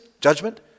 judgment